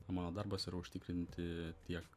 mano darbas yra užtikrinti tiek